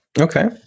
Okay